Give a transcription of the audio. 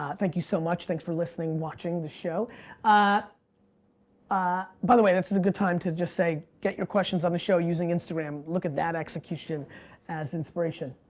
ah thank you so much, thanks for listening, watching this show. ah ah by the way, this is a good time to just say get your questions on the show using instagram, look at that execution as inspiration.